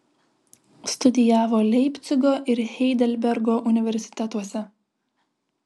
studijavo leipcigo ir heidelbergo universitetuose